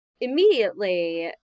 Immediately